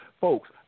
Folks